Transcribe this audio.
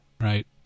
right